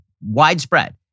widespread